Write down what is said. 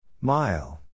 Mile